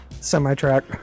semi-truck